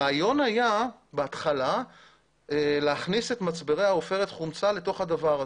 בהתחלה הרעיון היה להכניס את מצברי העופרת חומצה לתוך הדבר הזה.